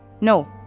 No